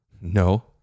No